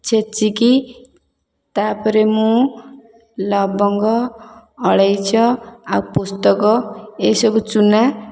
ଛେଚିକି ତା'ପରେ ମୁଁ ଲବଙ୍ଗ ଅଳେଇଚ ଆଉ ପୋସ୍ତକ ଏଇ ସବୁ ଚୁନା